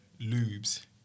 lubes